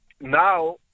now